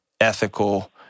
ethical